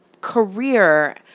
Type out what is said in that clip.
career